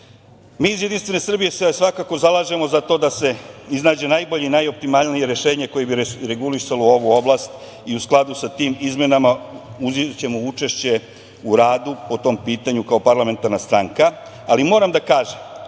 iz JS se svakako zalažemo za to da se iznađe najbolji i najoptimalnije rešenje koje bi regulisalo ovu oblast i u skladu sa tim izmenama uzećemo učešće u radu po tom pitanju, kao parlamentarna stranka. Moram da kažem,